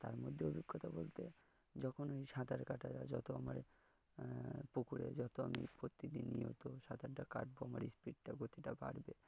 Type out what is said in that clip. আর তার মধ্যে অভিজ্ঞতা বলতে যখন সাঁতার কাটা যায় যত আমার পুকুরে যত আমি প্রতিদিন নিয়ত সাঁতারটা কাটবো আমার স্পিডটা গতিটা বাড়বে